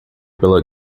pela